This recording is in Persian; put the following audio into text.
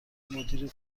مدیر